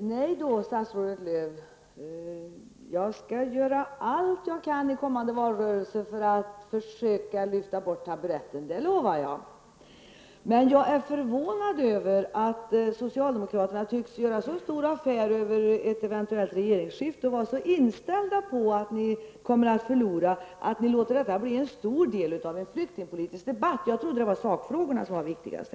Nej, statsrådet Lööw, jag lovar att jag skall göra allt vad jag kan i kommande valrörelse för att försöka lyfta bort taburetten. Men jag är förvånad över att socialdemokraterna gör så stor affär av ett eventuellt regeringsskifte och är så inställda på att de kommer att förlora att de låter detta bli en stor del av en flyktingpolitisk debatt. Jag trodde att det var sakfrågorna som var viktigast.